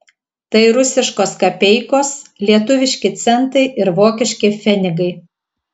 tai rusiškos kapeikos lietuviški centai ir vokiški pfenigai